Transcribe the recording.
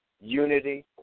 unity